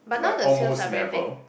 like almost never